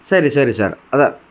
ಸರಿ ಸರಿ ಸರ್ ಅದು